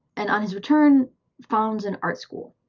and on his return founds an art school.